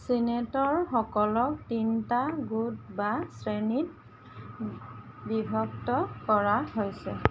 ছিনেটৰসকলক তিনিটা গোট বা শ্ৰেণীত বিভক্ত কৰা হৈছে